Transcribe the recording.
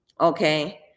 okay